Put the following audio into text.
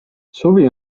suvi